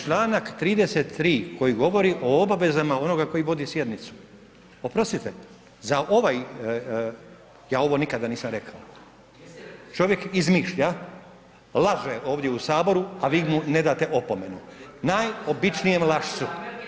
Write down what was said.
Članak 33. koji govori o obavezama onoga koji vodi sjednicu, oprostite za ovaj, ja ovo nikada nisam rekao, čovjek izmišlja, laže ovdje u saboru, a vi mu ne date opomenu, najobičnijem lašcu.